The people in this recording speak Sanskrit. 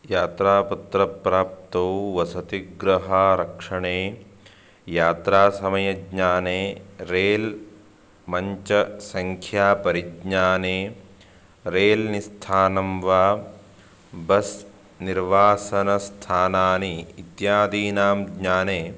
यात्रापत्रप्राप्तौ वसतिगृहरक्षणे यात्रासमयज्ञाने रेल् मञ्चसंख्यापरिज्ञाने रेल् निस्थानं वा बस् निर्वासनस्थानानि इत्यादीनां ज्ञाने